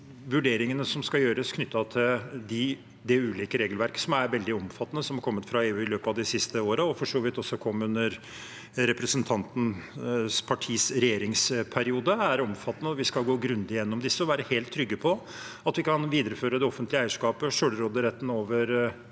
vurderingene som skal gjøres knyttet til de ulike regelverk som har kommet fra EU i løpet av de siste årene – og som for så vidt kom under representantens partis regjeringsperiode – er veldig omfattende. Vi skal gå grundig igjennom disse og være helt trygge på at vi kan videreføre det offentlige eierskapet, selvråderetten over